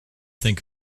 think